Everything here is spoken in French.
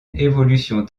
évolution